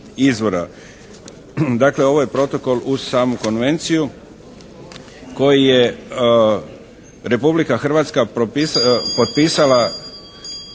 izvora. Dakle ovo je protokol uz samu konvenciju koji je Republika Hrvatska potpisala